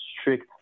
strict